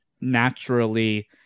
naturally –